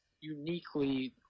uniquely